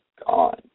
gone